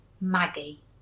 Maggie